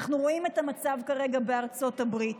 אנחנו רואים את המצב כרגע בארצות הברית.